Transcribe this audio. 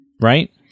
Right